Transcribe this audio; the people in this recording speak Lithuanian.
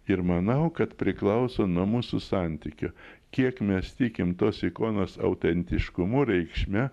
ir manau kad priklauso nuo mūsų santykio kiek mes tikim tos ikonos autentiškumu reikšme